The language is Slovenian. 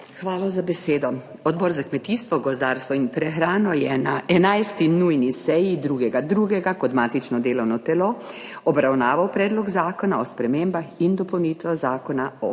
Hvala za besedo. Odbor za kmetijstvo, gozdarstvo in prehrano je na enajsti nujni seji 2. 2., kot matično delovno telo obravnaval Predlog zakona o spremembah in dopolnitvah Zakona o